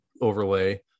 overlay